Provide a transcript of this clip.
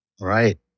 Right